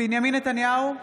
בנימין נתניהו,